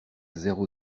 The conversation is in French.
zéro